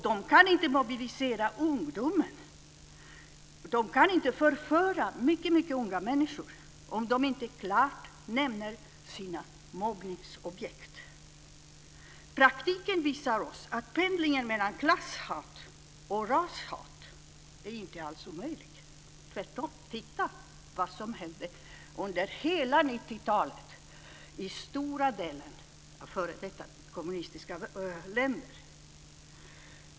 De kan inte mobilisera ungdomen. De kan inte förföra mycket unga människor om de inte klart nämner sina mobbningsobjekt. Praktiken visar oss att pendlingen mellan klasshat och rashat inte alls är omöjlig, tvärtom. Titta vad som hände under hela 90-talet i stora delar av f.d. kommunistiska länder!